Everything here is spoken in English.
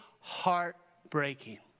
heartbreaking